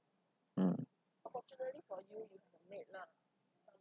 mm